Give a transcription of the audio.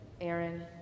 Aaron